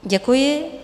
Děkuji.